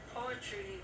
poetry